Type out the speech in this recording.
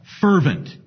fervent